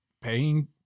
paying